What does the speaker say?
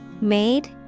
Made